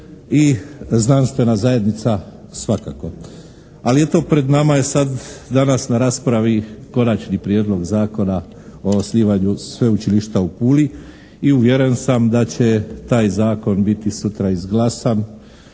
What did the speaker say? i znanstvena zajednica svakako. Ali eto, pred nama je danas na raspravi Konačni prijedlog zakona o osnivanju sveučilišta u Puli i uvjeren sam da će taj zakon biti sutra izglasan